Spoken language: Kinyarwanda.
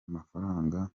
amafaranga